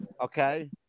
Okay